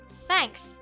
thanks